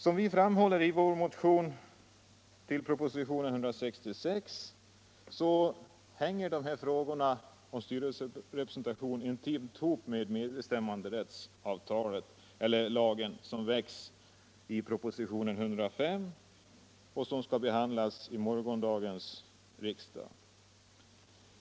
Som vi framhåller i vår motion 2473 med anledning av propositionen 166 hänger frågan om styrelserepresentation intimt ihop med de förslag till medbestämmanderätt som väckts i propositionen 105 och som skall behandlas vid morgondagens sammanträde.